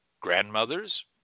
grandmothers